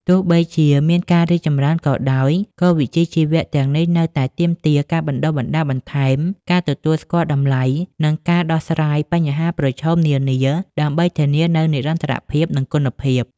ទោះបីជាមានការរីកចម្រើនក៏ដោយ ក៏វិជ្ជាជីវៈទាំងនេះនៅតែទាមទារការបណ្ដុះបណ្ដាលបន្ថែម ការទទួលស្គាល់តម្លៃ និងការដោះស្រាយបញ្ហាប្រឈមនានា ដើម្បីធានានូវនិរន្តរភាព និងគុណភាព។